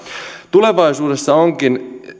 tulevaisuudessa onkin